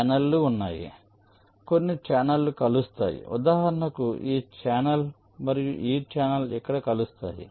ఛానెల్లు ఉన్నాయి కొన్ని ఛానెల్లు కలుస్తాయి ఉదాహరణకు ఈ ఛానెల్ మరియు ఈ ఛానెల్ ఇక్కడ కలుస్తాయి